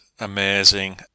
amazing